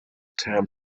term